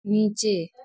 नीचे